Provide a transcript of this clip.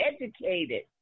educated